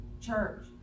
church